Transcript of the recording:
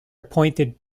appointed